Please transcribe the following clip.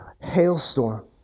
hailstorm